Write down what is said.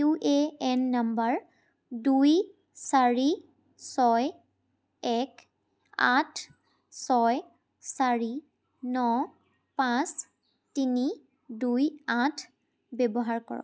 UAN number দুই চাৰি ছয় এক আঠ ছয় চাৰি ন পাঁচ তিনি দুই আঠ ব্যৱহাৰ কৰক